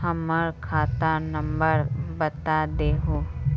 हमर खाता नंबर बता देहु?